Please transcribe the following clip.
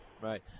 Right